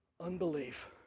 unbelief